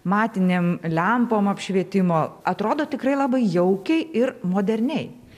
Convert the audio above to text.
matinėm lempom apšvietimo atrodo tikrai labai jaukiai ir moderniai